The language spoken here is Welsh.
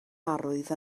arwydd